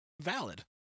valid